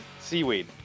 Seaweed